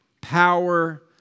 power